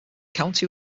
county